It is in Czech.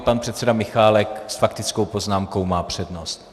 Pan předseda Michálek s faktickou poznámkou má přednost.